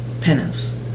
penance